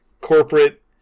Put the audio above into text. corporate